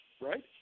right